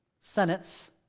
senates